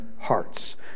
hearts